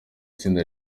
tsinda